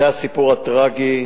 זה הסיפור הטרגי,